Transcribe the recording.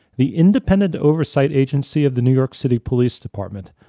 the independent oversight agency of the new york city police department,